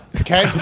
okay